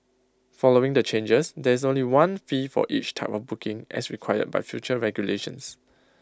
following the changes there is only one fee for each type of booking as required by future regulations